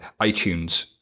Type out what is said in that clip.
iTunes